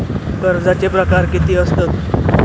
कर्जाचे प्रकार कीती असतत?